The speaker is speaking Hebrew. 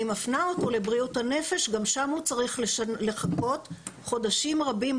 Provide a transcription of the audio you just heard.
מפנה אותו לבריאות הנפש גם שם הוא צריך לחכות בתור חודשים רבים,